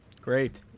great